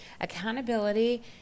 Accountability